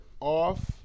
off